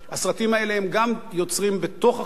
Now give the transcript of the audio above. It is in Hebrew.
הסרטים האלה גם יוצרים בתוך החברה